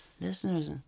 listeners